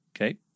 Okay